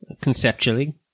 conceptually